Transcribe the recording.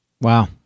Wow